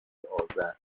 آذر